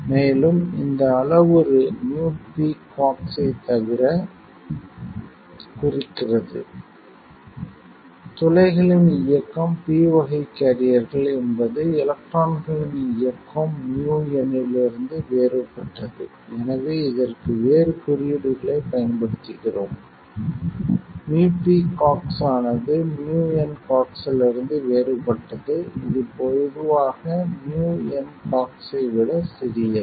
மேலும் இந்த அளவுரு µpCox ஐக் குறிக்கிறது துளைகளின் இயக்கம் p வகை கேரியர்கள் என்பது எலக்ட்ரான்களின் இயக்கம் µn இலிருந்து வேறுபட்டது எனவே இதற்கு வேறு குறியீடுகளைப் பயன்படுத்துகிறோம் µpCox ஆனது µnCox இலிருந்து வேறுபட்டது இது பொதுவாக µnCox ஐ விட சிறியது